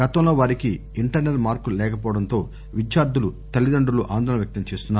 గతం లో వారికి ఇంటర్పల్ మార్క్ లు లేకపోవడం తో విద్యార్లులు తల్లి తండ్రులు ఆందోళన వ్యక్తం చేస్తున్నారు